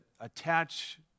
attach